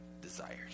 desired